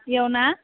इयाव ना